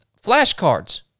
flashcards